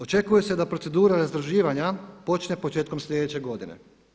Očekuje se da procedura razdruživanja počne početkom sljedeće godine.